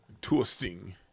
Toasting